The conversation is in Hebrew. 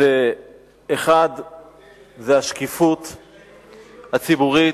זה השקיפות הציבורית,